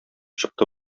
чыкты